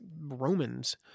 Romans